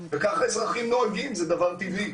וכך האזרחים נוהגים, זה דבר טבעי.